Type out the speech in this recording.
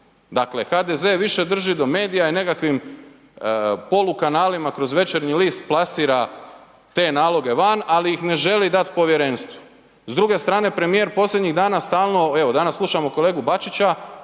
Dakle HDZ više drži do medija i nekakvim polukanalima kroz Večernji list plasira te naloge van ali ih ne želi dati povjerenstvu. S druge strane premijer posljednjih dana stalno, evo danas slušamo kolegu Bačića